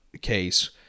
case